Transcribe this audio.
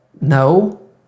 No